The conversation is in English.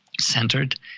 centered